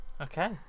Okay